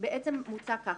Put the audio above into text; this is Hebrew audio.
מוצע כך: